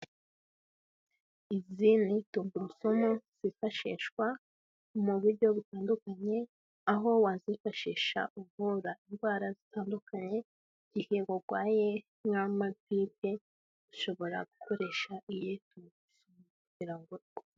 Izo ni tungurusumu zifashishwa mu buryo butandukanye, aho wazifashisha ubwora indwara zitandukanye igihe burwaye nk'amagiripe ushobora gukoresha iyi tungurusumu kugirango.